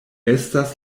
estas